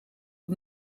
het